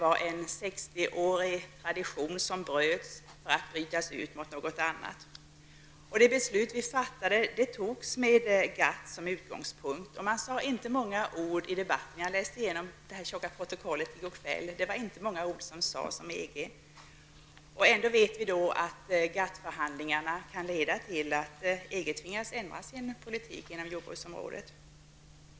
Man bröt därmed en 60-årig tradition och ersatte den med någonting annat. Beslutet fattades med GATT som utgångspunkt. Det sades inte många ord i debatten -- jag läste igenom det tjocka protokollet i går kväll -- om EG. Ändå vet vi att GATT förhandlingarna kan leda till att EG tvingas ändra sin politik inom jordbruksområdet.